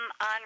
on